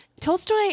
Tolstoy